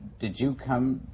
did you come